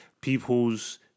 People's